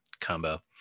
combo